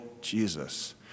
Jesus